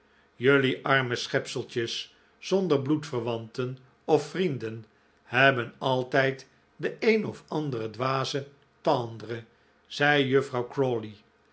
jelui arme schepseltjes zonder bloedverwanten of vrienden hebben altijd de een of andere dwaze tendre zeide juffrouw